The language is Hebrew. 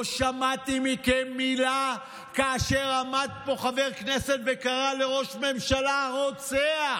לא שמעתי מכם מילה כאשר עמד פה חבר כנסת וקרא לראש ממשלה "רוצח".